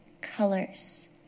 colors